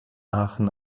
aachen